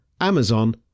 Amazon